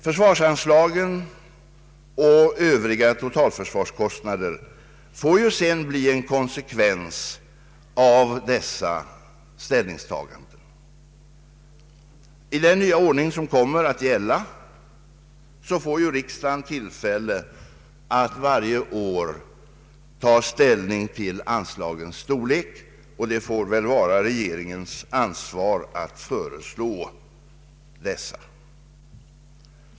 Försvarsanslagen och övriga totalförsvarskostnader får sedan bli en konsekvens av dessa ställningstaganden. Enligt den nya ordning som kommer att gälla får riksdagen tillfälle att varje år ta ställning till anslagens storlek, och det bör väl vara regeringens ansvar att föreslå dessa anslag.